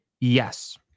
Yes